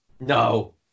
No